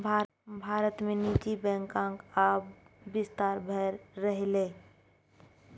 भारत मे निजी बैंकक आब बिस्तार भए रहलैए